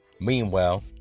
Meanwhile